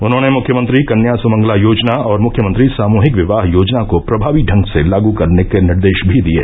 उन्होंने मुख्यमंत्री कन्या सुमंगला योजना और मुख्यमंत्री सामूहिक विवाह योजना को प्रभावी ढंग से लागू करने के निर्देश भी दिये